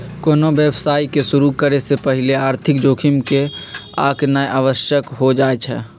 कोनो व्यवसाय के शुरु करे से पहिले आर्थिक जोखिम के आकनाइ आवश्यक हो जाइ छइ